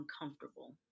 uncomfortable